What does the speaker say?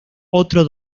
otro